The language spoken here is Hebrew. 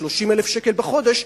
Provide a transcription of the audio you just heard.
30,000 שקל בחודש,